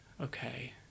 Okay